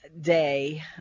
day